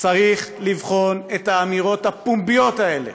צריך לבחון את האמירות הפומביות האלה